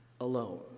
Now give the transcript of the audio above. alone